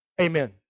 Amen